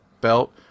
belt